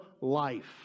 life